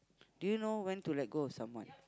do you know when to let go of someone